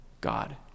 God